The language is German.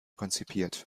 konzipiert